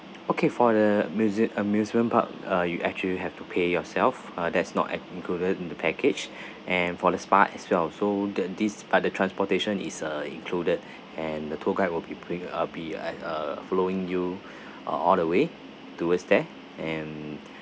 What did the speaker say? okay for the museu~ amusement park uh you actually you have to pay yourself uh there's not ac~ included in the package and for the spa as well so th~ this but the transportation is uh included and the tour guide will be bring uh be I uh following you uh all the way towards there and